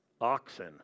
Oxen